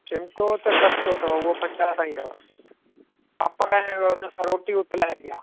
चिमिटो त सस्तो अथव उहो पंजाह ताईं अथव पापड़ ऐं उन सां रोटी उथिलाइबी आहे